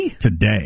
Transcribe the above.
Today